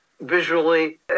visually